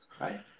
right